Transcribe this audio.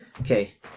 Okay